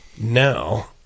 Now